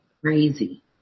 Crazy